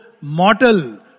mortal